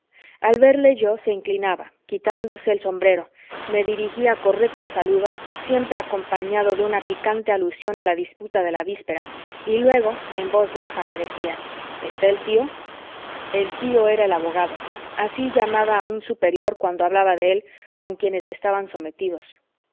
al verle yo se inclinaba quitándose el sombrero me dirigía correcto saludo siempre acompañado de una picante alusión a la disputa de la víspera y luego en voz baja me decía está el tío el tío era el abogado así llamaba a un superior cuando hablaba de él con quienes le estaban sometidos